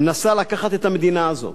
מנסה לקחת את המדינה הזאת.